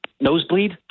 Nosebleed